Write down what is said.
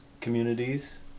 communities